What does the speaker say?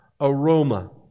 aroma